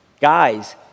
Guys